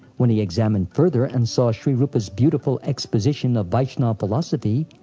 when he examined further and saw shri rupa's beautiful exposition of vaishnava philosophy,